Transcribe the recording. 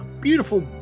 beautiful